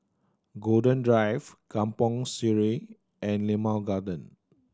Golden Drive Kampong Sireh and Limau Garden